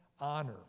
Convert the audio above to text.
honor